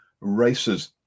races